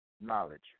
knowledge